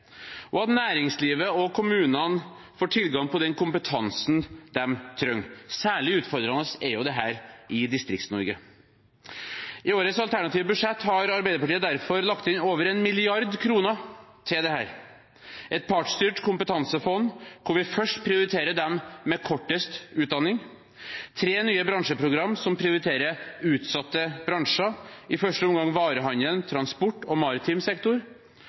og at næringslivet og kommunene får tilgang på den kompetansen de trenger. Særlig utfordrende er dette i Distrikts-Norge. I årets alternative budsjett har Arbeiderpartiet derfor lagt inn over 1 mrd. kr til dette, et partsstyrt kompetansefond hvor vi først prioriterer dem med kortest utdanning, tre nye bransjeprogram som prioriterer utsatte bransjer, i første omgang varehandel, transport og maritim sektor,